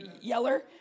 yeller